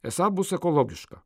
esą bus ekologiška